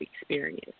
experience